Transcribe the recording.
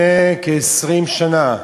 לפני כ-20 שנה